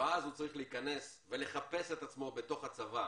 ואז הוא צריך לחפש את עצמו בתוך הצבא